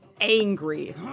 angry